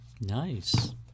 Nice